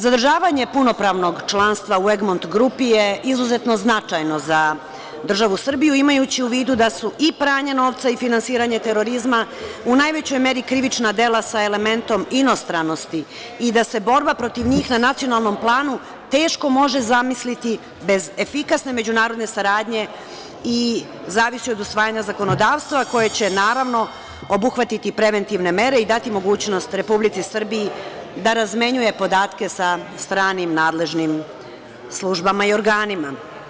Zadržavanje punopravnog članstva u Egomnt grupi je izuzetno značajano za državu Srbiju imajući u vidu da su i pranje novca i finansiranje terorizma u najvećoj meri krivična dela sa elementom inostranosti i da se borba protiv njih na nacionalnom planu teško može zamisliti bez efikasne međunarodne saradnje i zavisi od usvajanja zakonodavstva, koje će naravno obuhvatiti preventivne mere i dati mogućnost Republici Srbiji da razmenjuje podatke sa stranim nadležnim službama i organima.